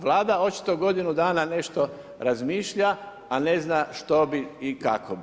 Vlada očito godinu dana nešto razmišlja a ne zna što bi i kako bi.